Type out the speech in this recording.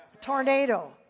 tornado